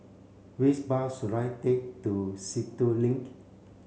which bus should I take to Sentul Link